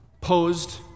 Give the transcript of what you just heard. posed